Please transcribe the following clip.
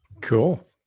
Cool